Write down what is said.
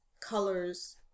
colors